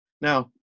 Now